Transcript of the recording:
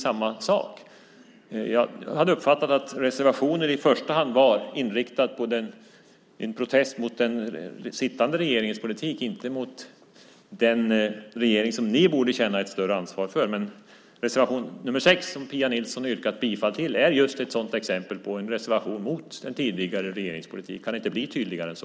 Jag hade uppfattat att reservationer i första hand var protester riktade mot den sittande regeringens politik, inte mot den regering som ni borde känna ett större ansvar för. Men reservation nr 6, som Pia Nilsson har yrkat bifall till, är just ett sådant exempel på en reservation mot den tidigare regeringens politik. Det kan inte bli tydligare än så.